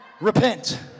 repent